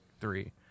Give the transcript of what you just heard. three